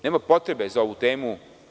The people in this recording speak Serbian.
Nema potrebe za ovu temu.